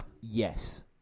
Yes